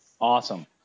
Awesome